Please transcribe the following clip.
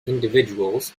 individuals